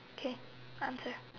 okay answer